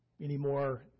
anymore